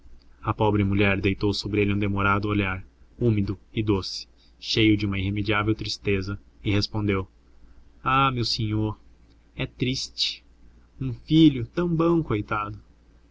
a pobre mulher deitou sobre ele um demorado olhar úmido e doce cheio de uma irremediável tristeza e respondeu ah meu sinhô é triste um filho tão bom coitado